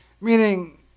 Meaning